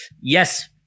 Yes